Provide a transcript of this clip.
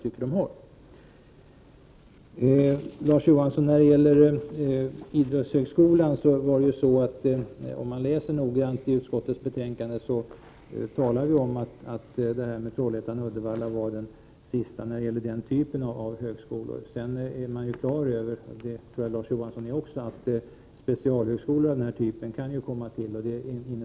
Sedan till Larz Johansson angående idrottshögskolan. Om man läser noga i betänkandet finner man att vi talar om att Trollhättan-Uddevalla var den sista vad gäller den typen av högskolor. Man är på det klara med — det tror jag att Larz Johansson också är — att specialhögskolor ju kan komma till.